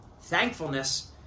thankfulness